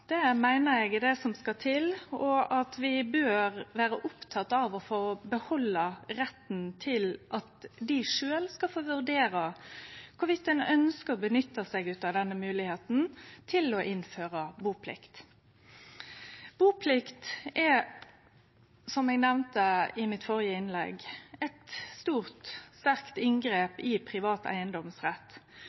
Det meiner eg er det som skal til, og at vi bør vere opptekne av å behalde retten til at dei sjølve skal få vurdere om ein ønskjer å nytte seg av denne moglegheita til å innføre buplikt. Buplikt er, som eg nemnde i mitt førre innlegg, eit stort, sterkt inngrep i privat eigedomsrett,